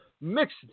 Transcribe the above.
mixed